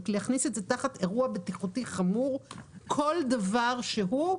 להכניס תחת אירוע בטיחותי חמור כל דבר שהוא,